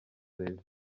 leta